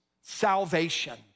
salvation